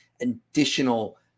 additional